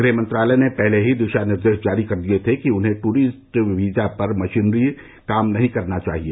गृह मंत्रालय ने पहले ही दिशा निर्देश जारी कर दिये थे कि उन्हें टूरिस्ट वीजा पर मिशनरी कार्य नहीं करने चाहिए